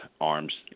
arms